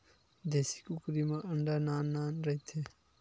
देसी कुकरी के अंडा नान नान रहिथे